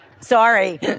Sorry